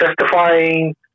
testifying